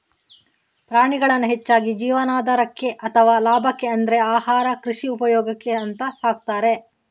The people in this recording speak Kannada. ಪ್ರಾಣಿಗಳನ್ನ ಹೆಚ್ಚಾಗಿ ಜೀವನಾಧಾರಕ್ಕೆ ಅಥವಾ ಲಾಭಕ್ಕೆ ಅಂದ್ರೆ ಆಹಾರ, ಕೃಷಿ ಉಪಯೋಗಕ್ಕೆ ಅಂತ ಸಾಕ್ತಾರೆ